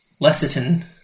Lesserton